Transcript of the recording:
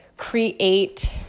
create